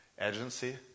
Agency